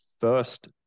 first